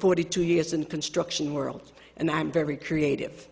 forty two years and construction world and i'm very creative